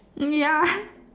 mm ya